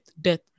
death